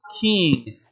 King